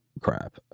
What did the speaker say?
crap